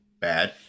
bad